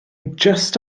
jyst